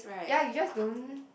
ya you just don't